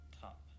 Top